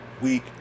week